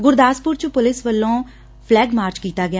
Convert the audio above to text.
ਗੁਰਦਾਸਪੁਰ ਚ ਪੁਲਿਸ ਵੱਲੋ flag march ਕੀਤਾ ਗਿਆ